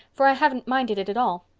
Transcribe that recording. for i haven't minded it at all.